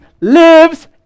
lives